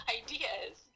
ideas